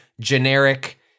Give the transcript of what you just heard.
generic